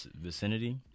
vicinity